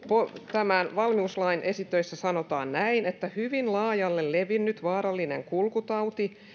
tämän valmiuslain esitöissä sanotaan näin hyvin laajalle levinnyt vaarallinen kulkutauti